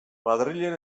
madrilen